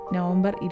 November